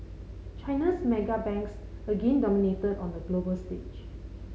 China's mega banks again dominated on the global stage